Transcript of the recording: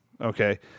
Okay